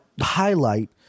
highlight